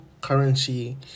currency